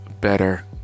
better